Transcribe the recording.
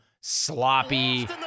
sloppy